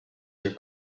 your